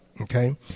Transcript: Okay